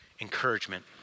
encouragement